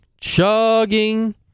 Chugging